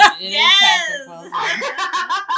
Yes